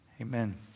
Amen